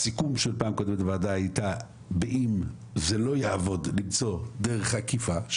הסיכום של פעם קודמת בוועדה הייתה באם זה לא יעבוד למצוא דרך עקיפה,